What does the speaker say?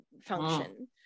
function